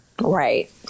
right